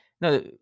No